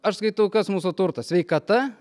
aš skaitau kas mūsų turtas sveikata